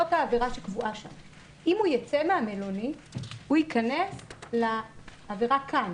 אם הוא ייצא מן המלונית הוא ייכנס לעבירה כאן,